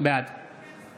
בעד